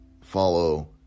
follow